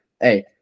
hey